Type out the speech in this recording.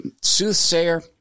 soothsayer